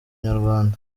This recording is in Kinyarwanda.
inyarwanda